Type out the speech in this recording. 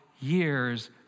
years